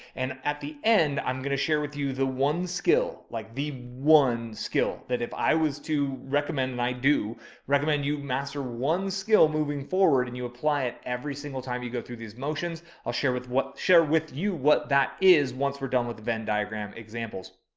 and at the end, i'm going to share with you the one skill, like the one skill that if i was to recommend, and i do recommend you master one skill moving forward and you apply it every single time you go through these motions, i'll share with share with you what that is. once we're done with the venn diagram, examples.